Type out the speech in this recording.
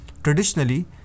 Traditionally